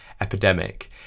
epidemic